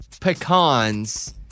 pecans